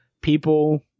People